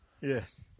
Yes